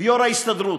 ויו"ר ההסתדרות,